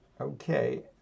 Okay